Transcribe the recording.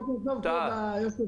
בוקר טוב, כבוד היושב-ראש,